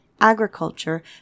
agriculture